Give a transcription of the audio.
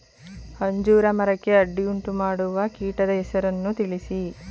ಅಂಜೂರ ಮರಕ್ಕೆ ಅಡ್ಡಿಯುಂಟುಮಾಡುವ ಕೀಟದ ಹೆಸರನ್ನು ತಿಳಿಸಿ?